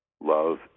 Love